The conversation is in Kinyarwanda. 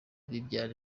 bibyara